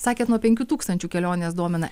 sakėt nuo penkių tūkstančių kelionės domina